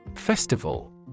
festival